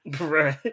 right